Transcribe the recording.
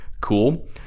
cool